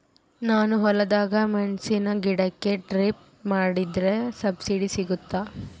ನಾನು ಹೊಲದಾಗ ಮೆಣಸಿನ ಗಿಡಕ್ಕೆ ಡ್ರಿಪ್ ಮಾಡಿದ್ರೆ ಸಬ್ಸಿಡಿ ಸಿಗುತ್ತಾ?